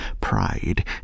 pride